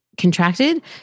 contracted